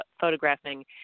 photographing